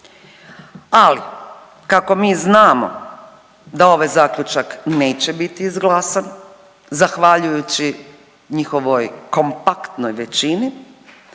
Ali kako mi znamo da ovaj zaključak neće biti izglasan zahvaljujući njihovoj kompaktnoj većini